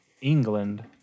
England